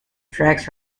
tracks